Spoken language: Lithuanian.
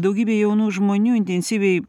daugybė jaunų žmonių intensyviai